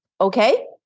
okay